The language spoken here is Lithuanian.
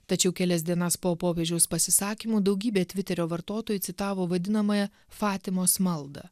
tačiau kelias dienas po popiežiaus pasisakymų daugybė tviterio vartotojų citavo vadinamąją fatimos maldą